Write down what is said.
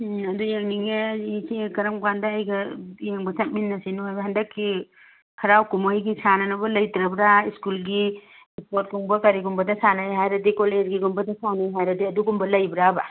ꯎꯝ ꯑꯗꯨ ꯌꯦꯡꯅꯤꯡꯉꯦ ꯏꯆꯦ ꯀꯔꯝ ꯀꯥꯟꯗ ꯑꯩꯒ ꯌꯦꯡꯕ ꯆꯠꯃꯤꯟꯅꯁꯤ ꯍꯟꯗꯛꯀꯤ ꯍꯔꯥꯎ ꯀꯨꯝꯍꯩꯒꯤ ꯁꯥꯟꯅꯅꯕ ꯂꯩꯇ꯭ꯔꯕꯔꯥ ꯁ꯭ꯀꯨꯜꯒꯤ ꯏꯁꯄꯣꯔꯠ ꯀꯨꯝꯕ ꯀꯔꯤꯒꯨꯝꯕꯗ ꯁꯥꯟꯅꯩ ꯍꯥꯏꯔꯗꯤ ꯀꯣꯂꯦꯖꯀꯤꯒꯨꯝꯕꯗ ꯁꯥꯟꯅꯩ ꯍꯥꯏꯔꯗꯤ ꯑꯗꯨꯒꯨꯝꯕ ꯂꯩꯕ꯭ꯔꯕ